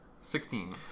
Sixteen